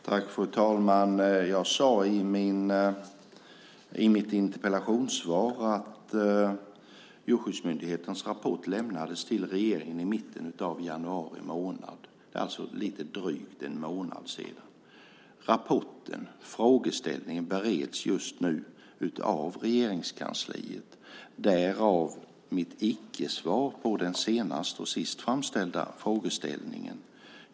Fru talman! Jag sade i mitt interpellationssvar att Djurskyddsmyndighetens rapport lämnades till regeringen i mitten av januari månad, alltså för lite drygt en månad sedan. Rapporten och frågeställningen bereds just nu av Regeringskansliet - därav mitt icke-svar på den senast och sist framställda frågeställningen.